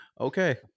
okay